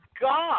God